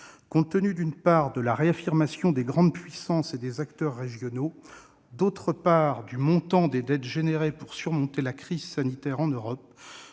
Compte tenu, d'une part, de la réaffirmation des grandes puissances et des acteurs régionaux, d'autre part, du montant des dettes engagées pour surmonter la crise sanitaire en Europe,